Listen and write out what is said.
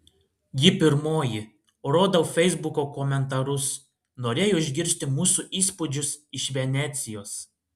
ji pirmoji rodau feisbuko komentarus norėjo išgirsti mūsų įspūdžius iš venecijos